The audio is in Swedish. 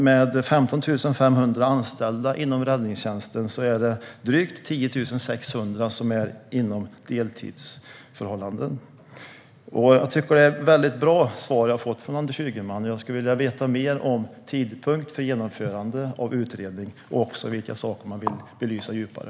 Av 15 500 anställda inom räddningstjänsten är drygt 10 600 deltidsanställda. Jag har fått bra ett svar från Anders Ygeman, men jag skulle vilja veta mer om tidpunkten för genomförandet av utredningen och vilka saker man vill belysa djupare.